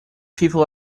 people